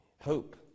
Hope